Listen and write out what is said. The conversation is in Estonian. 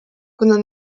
kuna